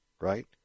right